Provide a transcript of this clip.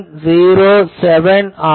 707 ஆகும்